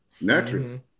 Naturally